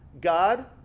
God